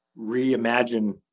reimagine